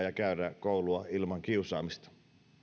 ja käydä koulua ilman kiusaamista